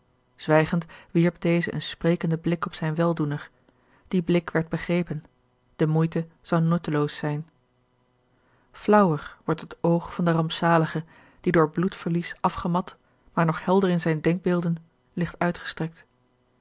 zwijgend wierp deze een sprekenden blik op zijn weldoener die blik werd begrepen de moeite zou nutteloos zijn flaauwer wordt het oog van den rampzalige die door bloedveries afgemat maar nog helder in zijne denkbeelden ligt uitgestrekt